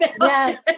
Yes